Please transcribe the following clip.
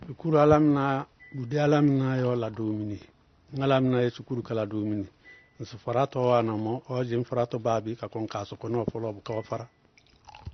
Sukúru, álámɩnáá, bʋdé álámɩnáá yɛ ɔ la doomini. Ñŋ álámɩná yɛ sukúru kala doo mini, ŋsɩ farárátɔɔ wáanamɔɔ, ɔɔdzɩñ farárátɔ báa bé ka kɔŋ kaa sɔkɔná ɔ fɔlɔɔ bʋká ɔɔ fárá.